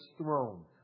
throne